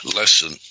lesson